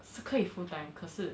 是可以 full time 可是